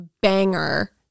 banger